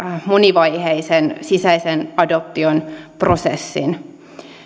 monivaiheisen sisäisen adoption prosessin